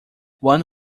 one